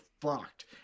fucked